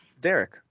Derek